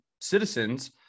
citizens